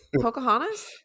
Pocahontas